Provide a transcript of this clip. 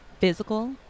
physical